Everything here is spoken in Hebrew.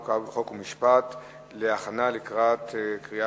חוק ומשפט נתקבלה.